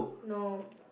no